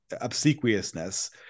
obsequiousness